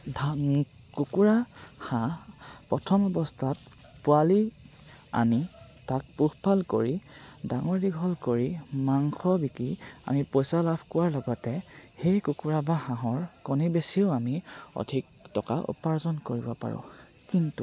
কুকুৰা হাঁহ প্ৰথম অৱস্থাত পোৱালি আনি তাক পোহপাল কৰি ডাঙৰ দীঘল কৰি মাংস বিকি আমি পইচা লাভ কৰাৰ লগতে সেই কুকুৰা বা হাঁহৰ কণী বেছিও আমি অধিক টকা উপাৰ্জন কৰিব পাৰোঁ কিন্তু